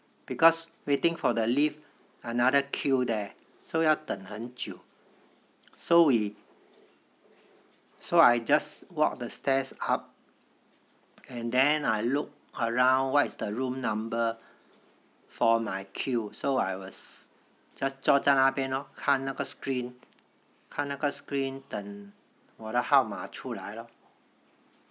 because waiting for the lift another queue there so 要等很久 so we so I just walk the stairs up and then I look around what is the room number for my queue so I was just 坐在那边咯看那个 screen 看那个 screen 等我的号码出来 lor